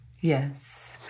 Yes